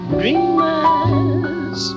dreamers